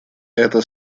это